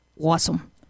Awesome